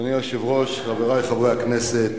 אדוני היושב-ראש, חברי חברי הכנסת,